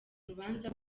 urubanza